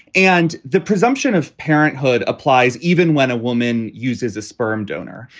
and the presumption of parenthood applies even when a woman uses a sperm donor.